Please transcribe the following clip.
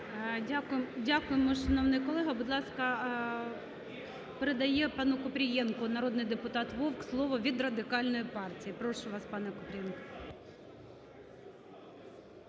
Дякуємо, шановний колега. Будь ласка. Передає пану Купрієнку народний депутат Вовк слово, від Радикальної партії. Прошу вас, пане Купрієнко.